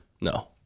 no